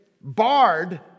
barred